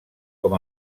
com